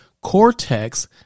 cortex